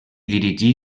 dirigí